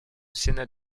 sénat